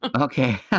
Okay